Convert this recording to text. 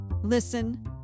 Listen